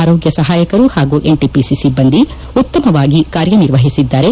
ಆರೋಗ್ಯ ಸಹಾಯಕರು ಹಾಗೂ ಎನ್ಟಿಪಿಸಿ ಸಿಬ್ಬಂದಿ ಉತ್ತಮವಾಗಿ ಕಾರ್ಯ ನಿರ್ವಹಿಸಿದ್ದಾರೆ